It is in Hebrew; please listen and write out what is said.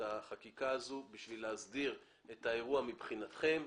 החקיקה הזו כדי להסדיר את האירוע מבחינתכם.